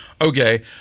Okay